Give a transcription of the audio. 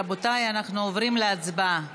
רבותיי, אנחנו עוברים להצבעה.